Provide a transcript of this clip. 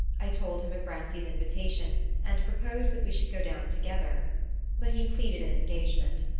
i told him of grancy's invitation and proposed that we should go down together but he pleaded an engagement.